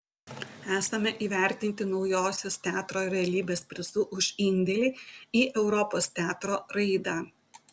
esame įvertinti naujosios teatro realybės prizu už indėlį į europos teatro raidą